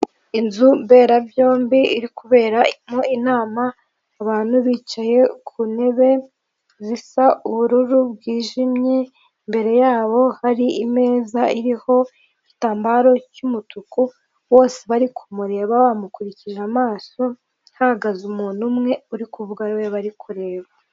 Inzu mberabyombi iri kuberamo inama abantu bicaye ku ntebe zisa ubururu bwijimye, imbere yabo hari imeza iriho igitambaro cy'umutuku bose bari kumureba bamukurikije amaso, hahagaze umuntu umwe uri kuvuga ari we bari kureba.